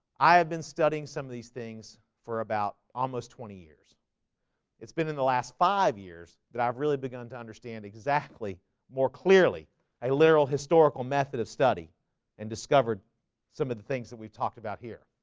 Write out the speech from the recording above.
i have been studying some of these things for about almost twenty years it's been in the last five years that i've really begun to understand exactly more clearly a little historical method of study and discovered some of the things that we've talked about here